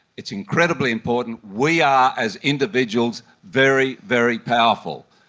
it's incredibly important. we are, as individuals, very, very powerful,